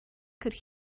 could